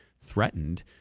threatened